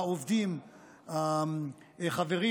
העובדים והחברים,